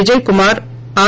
Vijayakumar are